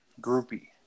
groupie